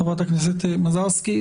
חברת הכנסת מזרסקי.